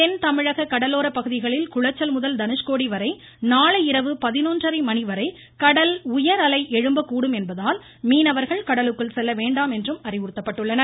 தென் தமிழக கடலோர பகுதிகளில் குளச்சல் முதல் தனுஷ்கோடி வரை நாளை இரவு பதினொன்றரை மணிவரை கடல் உயர்அலை எழும்பக் கூடும் என்பதால் மீனவர்கள் கடலுக்குள் செல்ல வேண்டாம் என அறிவுறுத்தப்பட்டுள்ளனர்